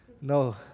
No